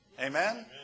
Amen